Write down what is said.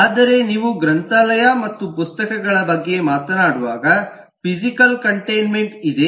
ಆದರೆ ನೀವು ಗ್ರಂಥಾಲಯ ಮತ್ತು ಪುಸ್ತಕಗಳ ಬಗ್ಗೆ ಮಾತನಾಡುವಾಗ ಫಿಸಿಕಲ್ ಕಂಟೈನ್ಮೆಂಟ್ ಇದೆ